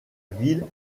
ville